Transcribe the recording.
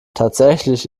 tatsächlich